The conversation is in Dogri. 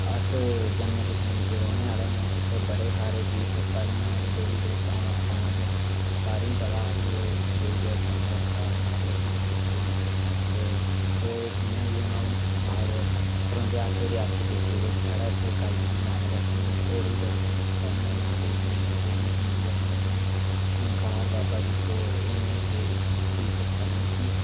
अस जम्मू कश्मीर दे रौह्ने आह्ले न इत्थें बड़े सारे तीर्थ स्थल न देवी देवतें दा स्थान ऐ सारें गी पता ऐ कि देवी देवतें दा स्थान आखदे इसी तीर्थ गी इत्थें जियां कि हून अऊं इत्थें रौंह्दे अस रियासी डिस्टिक च इत्थें आई जंदी इ माता बैष्णो होर बी बड़े तीर्थ स्थल न नौ देवियां देवी पिंडी आई जियां ग्हार बाबा जित्तो एह् जेह् तीर्थ स्थल न उत्थें